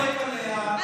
על הגב' בראשי אל תצעק,